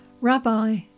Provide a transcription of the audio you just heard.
Rabbi